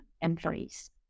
employees